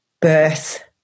birth